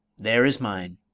there is mine.